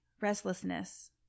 restlessness